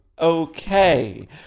Okay